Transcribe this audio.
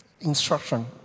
instruction